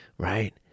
right